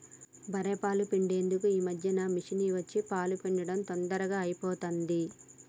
బఱ్ఱె పాలు పిండేందుకు ఈ మధ్యన మిషిని వచ్చి పాలు పిండుడు తొందరగా అయిపోతాంది